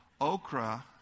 Okra